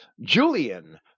Julian